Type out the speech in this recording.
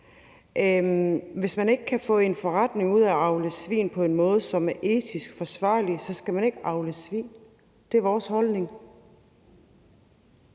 Hvis man ikke kan få en forretning ud af at avle svin på en måde, som er etisk forsvarlig, så skal man ikke avle svin. Det er vores holdning.